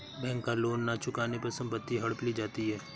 bank का loan न चुकाने पर संपत्ति हड़प ली जाती है